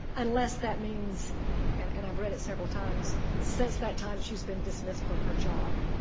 unless that means and and i've read it several times since that time she's been dismissed from her job.